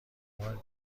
بار